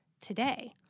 today